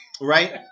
Right